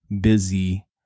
busy